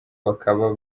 bakaba